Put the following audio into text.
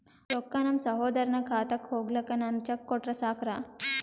ರೊಕ್ಕ ನಮ್ಮಸಹೋದರನ ಖಾತಕ್ಕ ಹೋಗ್ಲಾಕ್ಕ ನಾನು ಚೆಕ್ ಕೊಟ್ರ ಸಾಕ್ರ?